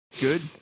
Good